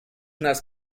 nas